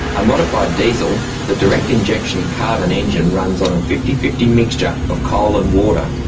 a modified diesel, the direct injection carbon engine runs on a fifty fifty mixture of coal and water,